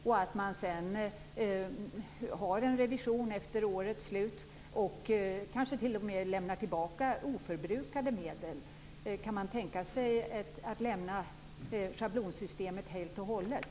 Sedan har man en revision efter årets slut och kanske t.o.m. lämnar tillbaka oförbrukade medel. Kan man tänka sig att lämna schablonsystemet helt och hållet?